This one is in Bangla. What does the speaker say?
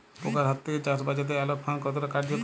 পোকার হাত থেকে চাষ বাচাতে আলোক ফাঁদ কতটা কার্যকর?